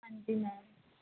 ਹਾਂਜੀ ਮੈਮ